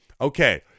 okay